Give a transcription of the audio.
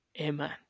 Amen